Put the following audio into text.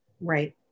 right